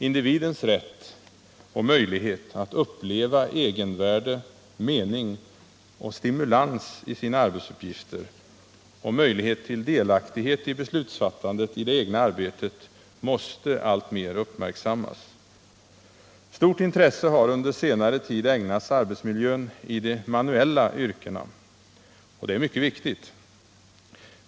Individens rätt och möjlighet att uppleva egenvärde, mening och stimulans i sitt arbete och individens möjlighet till delaktighet i beslutsfattandet i det egna arbetet måste alltmer uppmärksammas. Stort intresse har under senare tid ägnats arbetsmiljön i de manuella yrkena. Det är mycket viktigt.